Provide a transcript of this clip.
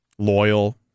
loyal